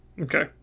Okay